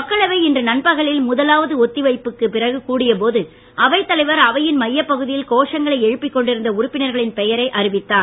மக்களவை இன்று நண்பகலில் முதலாவது ஒத்தி வைப்புக்குப் பிறகு கூடியபோது அவைத் தலைவர் அவையின் மையப் பகுதியில் கோஷங்களை எழுப்பிக் கொண்டிருந்த உறுப்பினர்களின் பெயரை அறிவித்தார்